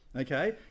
Okay